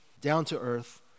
down-to-earth